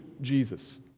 Jesus